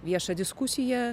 viešą diskusiją